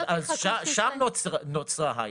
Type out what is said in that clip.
אז שם נוצרה העילה.